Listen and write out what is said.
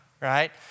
right